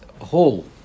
whole